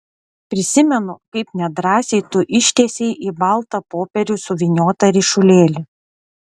prisimenu kaip nedrąsiai tu ištiesei į baltą popierių suvyniotą ryšulėlį